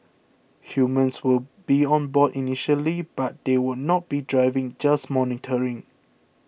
humans will be on board initially but they will not be driving just monitoring